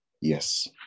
yes